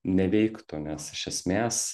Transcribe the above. neveiktų nes iš esmės